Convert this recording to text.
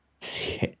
see